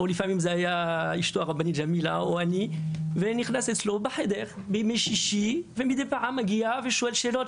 הייתי נכנס אצלו בחדר בימי שישי ומידי פעם גם מגיע ושואל שאלות,